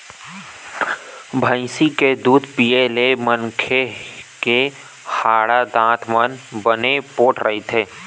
भइसी के दूद पीए ले मनखे के हाड़ा, दांत मन बने पोठ रहिथे